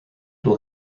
will